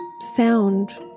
sound